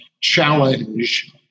challenge